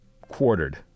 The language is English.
quartered